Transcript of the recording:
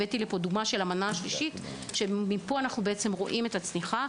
הבאתי פה דוגמה של המנה השלישית ומפה אנחנו רואים את הצמיחה.